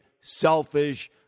selfish